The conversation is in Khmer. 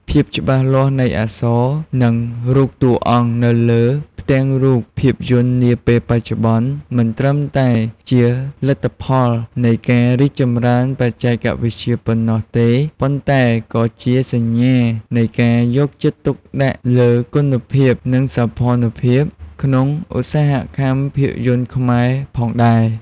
ភាពច្បាស់លាស់នៃអក្សរ និងរូបតួអង្គនៅលើផ្ទាំងរូបភាពយន្តនាពេលបច្ចុប្បន្នមិនត្រឹមតែជាលទ្ធផលនៃការរីកចម្រើនបច្ចេកវិទ្យាប៉ុណ្ណោះទេ ប៉ុន្តែក៏ជាសញ្ញានៃ ការយកចិត្តទុកដាក់លើគុណភាព និងសោភ័ណភាព ក្នុងឧស្សាហកម្មភាពយន្តខ្មែរផងដែរ ។